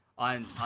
on